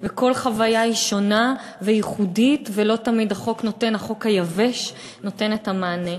כל חוויה היא שונה וייחודית ולא תמיד החוק היבש נותן את המענה.